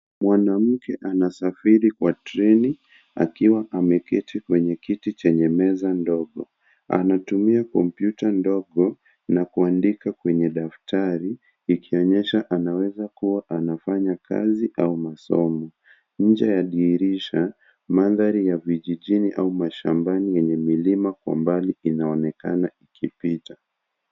Mwanamake anasafiri kwa treni akiwa ameketi kwenye kiti chenye meza ndogo. Anatumia kompyuta ndogo na kuandika kwenye daftari ikionyesha anaweza kuwa anafanya kazi au masomo. Nje ya dirisha, mandhari ya vijijini au mashambani enye milima kwa mbali inaonekana ikipita.